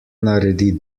naredi